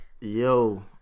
Yo